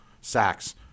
Sacks